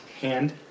Hand